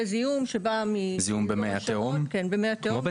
לפני תמ"א 70, לפני